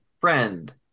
friend